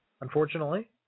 unfortunately